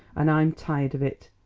and i'm tired of it.